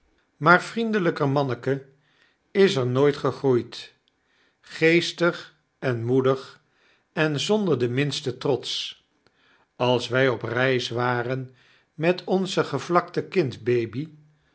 maar vriendelyker manneke is er nooit gegroeidl geestig en moedig en zonder den minsten trots als wy op reis waren met ons gevlakte kind baby